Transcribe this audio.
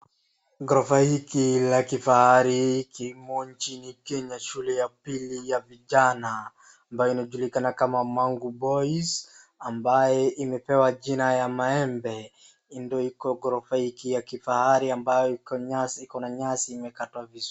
Ghorofa hiki la kifahari kimo nchini Kenya, shule ya pili ya vijana, ambayo inajulikana kama Mangu Boys , ambayo imepewa jina ya maembe. Ndio iko ghorofa hiki ya kifahari ambayo iko na nyasi imekatwa vizuri.